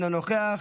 אינו נוכח,